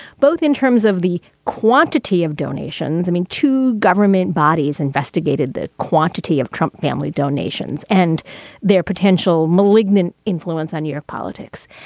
both in terms of the quantity of donations, i mean, to government bodies investigated the quantity of trump family donations and their potential malignant influence on your politics.